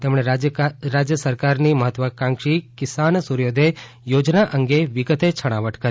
તેમણે રાજય સરકારની મહત્વાકાંક્ષી કિસાન સૂર્યોદય યોજના અંગે વિગતે છણાવટ કરી